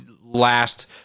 last